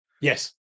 Yes